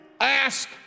ask